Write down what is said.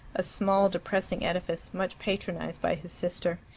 a small depressing edifice much patronized by his sister.